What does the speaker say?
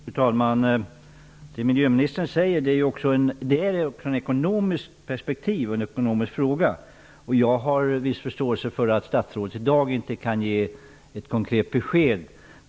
Fru talman! Det som miljöministern säger visar ett ekonomiskt perspektiv och är en ekonomisk fråga. Jag har viss förståelse för att statsrådet i dag inte kan ge ett konkret besked.